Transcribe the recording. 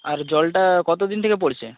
আর জলটা কত দিন থেকে পড়ছে